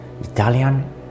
Italian